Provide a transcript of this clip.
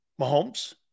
Mahomes